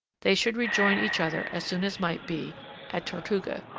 they should rejoin each other as soon as might be at tortuga.